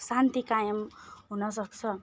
शान्ति कायम हुनसक्छ